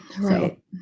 Right